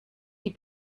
die